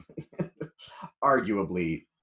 arguably